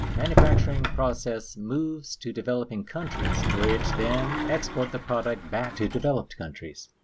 manufacturing process moves to developing countries, which then export the product back to developed countries.